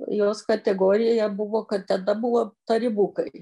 jos kategorija buvo kad tada buvo tarybukai